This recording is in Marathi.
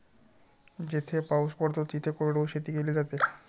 जिथे पाऊस कमी पडतो तिथे कोरडवाहू शेती केली जाते